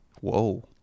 Whoa